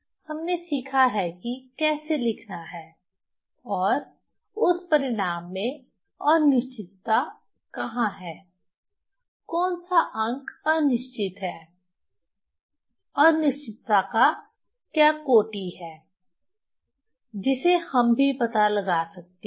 हमने सीखा है कि कैसे लिखना है और उस परिणाम में अनिश्चितता कहां है कौन सा अंक अनिश्चित है अनिश्चितता का क्या क्रम है जिसे हम भी पता लगा सकते हैं